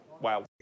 Wow